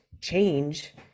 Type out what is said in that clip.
change